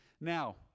Now